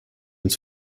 uns